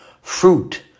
fruit